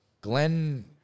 Glenn